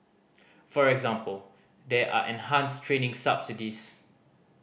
for example there are enhanced training subsidies